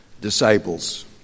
disciples